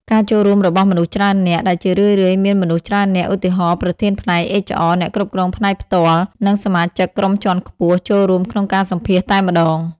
ការចូលរួមរបស់មនុស្សច្រើននាក់ ដែលជារឿយៗ មានមនុស្សច្រើននាក់ (ឧទាហរណ៍៖ ប្រធានផ្នែក HR អ្នកគ្រប់គ្រងផ្នែកផ្ទាល់ និងសមាជិកក្រុមជាន់ខ្ពស់) ចូលរួមក្នុងការសម្ភាសន៍តែម្ដង។